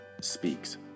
speaks